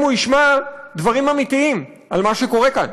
הוא ישמע דברים אמיתיים על מה שקורה כאן.